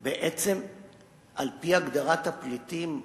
בעצם על-פי הגדרת הפליטים,